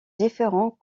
différents